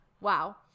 Wow